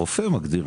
הרופא מגדיר,